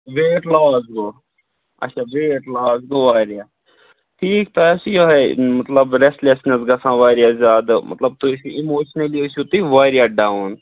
weight loss گوٚو اچھا weight loss گوٚو واریاہ ٹھیٖک تۄہہِ حظ چھو یِہے مطلب ریٚسٹلیٚسنیٚس گژھان واریاہ زیادٕ مطلب تُہۍ ٲِسو اِموشنٔلی ٲسِو تُہۍ واریاہ ڈاوُن